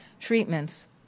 treatments